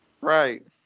Right